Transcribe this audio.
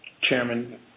Chairman